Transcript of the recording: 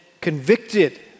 convicted